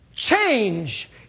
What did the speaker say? Change